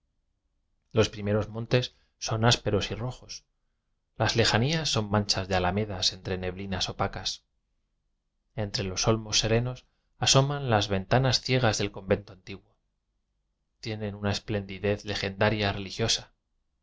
los primeros montes son ásperos y ro jos las lejanías son manchas de alamedas entre neblinas opacas entre los olmos serenos asoman las ventanas ciegas del con vento antiguo tiene una esplendidez legen